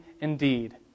indeed